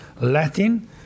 Latin